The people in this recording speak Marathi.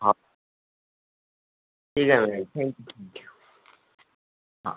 हा ठीक आहे ना मॅम थॅंक्यू हां